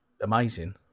amazing